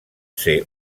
ser